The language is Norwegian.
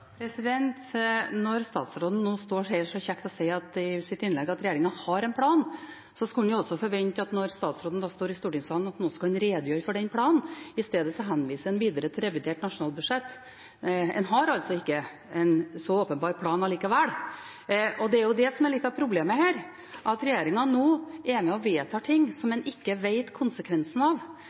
mest. Når statsråden nå står her så kjekt og sier i sitt innlegg at regjeringen har en plan, skulle en jo forvente at statsråden, når han står i stortingssalen, også kan redegjøre for den planen. I stedet henviser han videre til revidert nasjonalbudsjett. En har altså ikke en så åpenbar plan allikevel. Og det er jo det som er litt av problemet her, at regjeringen nå er med og vedtar ting som en ikke vet konsekvensen av.